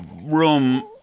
room